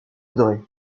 voudrez